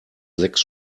sechs